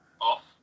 off